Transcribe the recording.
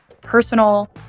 personal